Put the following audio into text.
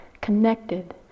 connected